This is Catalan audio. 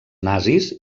nazis